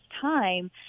time